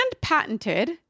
patented